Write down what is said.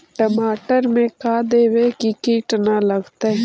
टमाटर में का देबै कि किट न लगतै?